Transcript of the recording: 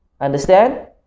Understand